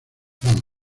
vamos